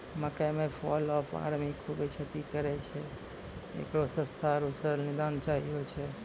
मकई मे fall of army खूबे क्षति करेय छैय, इकरो सस्ता आरु सरल निदान चाहियो छैय?